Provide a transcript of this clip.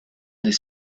des